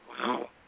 Wow